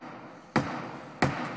אוחנה: